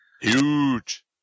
Huge